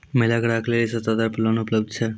महिला ग्राहक लेली सस्ता दर पर लोन उपलब्ध छै?